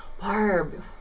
Barb